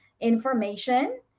information